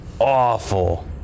awful